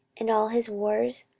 and all his wars,